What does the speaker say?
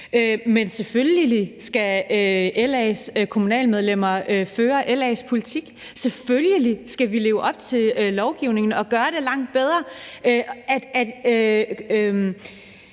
Men selvfølgelig skal LA's kommunalbestyrelsesmedlemmer føre LA's politik. Selvfølgelig skal vi leve op til lovgivningen og gøre det langt bedre.